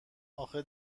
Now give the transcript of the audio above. آخه